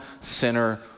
sinner